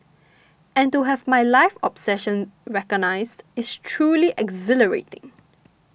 and to have my life's obsession recognised is truly exhilarating